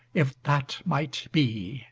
if that might be!